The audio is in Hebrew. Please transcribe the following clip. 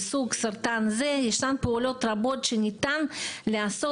לסוג סרטן זה ישנן פעולות רבות שניתן לבצע